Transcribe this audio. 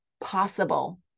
possible